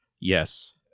Yes